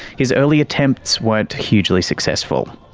his early attempts weren't hugely successful.